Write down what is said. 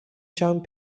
showing